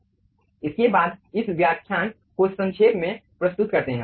इसके बाद इस व्याख्यान को संक्षेप में प्रस्तुत करते हैं